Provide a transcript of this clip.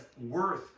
worth